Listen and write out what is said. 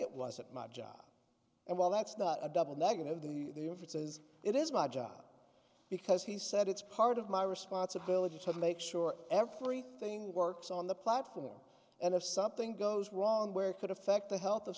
it wasn't my job and while that's not a double negative the differences it is my job because he said it's part of my responsibility to make sure everything works on the platform and if something goes wrong where it could affect the health of